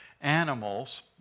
animals